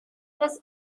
was